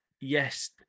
yes